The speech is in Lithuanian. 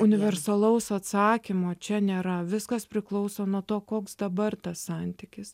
universalaus atsakymo čia nėra viskas priklauso nuo to koks dabar tas santykis